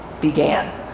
began